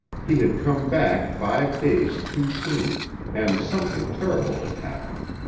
he had come back five days too soon and something terrible had happened.